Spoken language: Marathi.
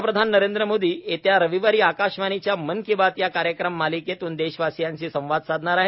पंतप्रधान नरेंद्र मोदी येत्या रविवारी आकाशवाणीच्या ेमन की बात े या कार्यक्रम मालिकेतून देशवासियांशी संवाद साधणार आहेत